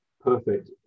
perfect